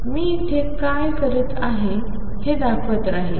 मी इथे काय करत आहे ते दाखवत राहीन